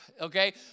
okay